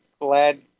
glad